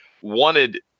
wanted